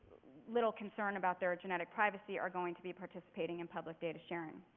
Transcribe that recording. little concern about their genetic privacy are going to be participating in public data sharing.